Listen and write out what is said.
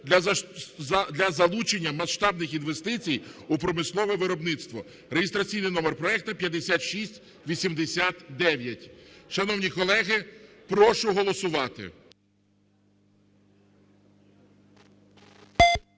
для залучення масштабних інвестицій у промислове виробництво (реєстраційний номер проекту 5689). Шановні колеги, прошу голосувати.